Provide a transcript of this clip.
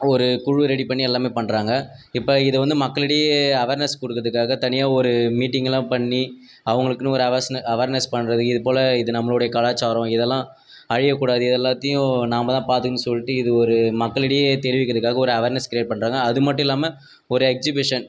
ஒரு குழுவை ரெடி பண்ணி எல்லாமே பண்ணுறாங்க இப்போ இது வந்து மக்களிடையே அவார்னஸ் கொடுக்குறதுக்காக தனியாக ஒரு மீட்டிங்கெல்லாம் பண்ணி அவங்களுக்குன்னு ஒரு அவார்ஸ்ன அவார்னஸ் பண்ணுறது இதுப்போல் இது நம்மளுடைய கலாச்சாரம் இதெல்லாம் அழியக்கூடாது இது எல்லாத்தையும் நாம்தான் பார்த்துக்கணும் சொல்லிட்டு இது ஒரு மக்களிடையே தெரிவிக்கிறதுக்காக ஒரு அவார்னஸ் கிரியேட் பண்ணுறாங்க அது மட்டும் இல்லாமல் ஒரு எக்ஸிபிஷன்